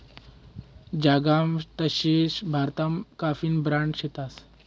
जगमा तशे भारतमा काफीना ब्रांड शेतस